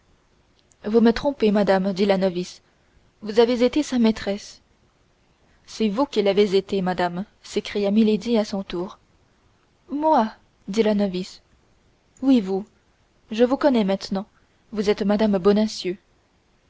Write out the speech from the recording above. vous me trompez madame dit la novice vous avez été sa maîtresse c'est vous qui l'avez été madame s'écria milady à son tour moi dit la novice oui vous je vous connais maintenant vous êtes madame bonacieux